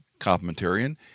complementarian